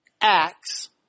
Acts